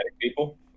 people